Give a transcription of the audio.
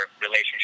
relationship